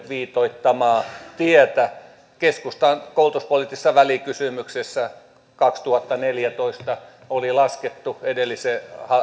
viitoittamaa tietä keskustan koulutuspoliittisessa välikysymyksessä kaksituhattaneljätoista oli laskettu edellisen